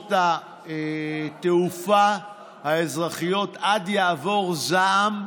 חברות התעופה האזרחיות עד יעבור זעם,